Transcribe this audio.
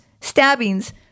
stabbings